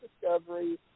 Discovery